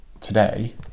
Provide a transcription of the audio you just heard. today